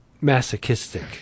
masochistic